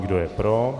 Kdo je pro?